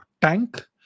tank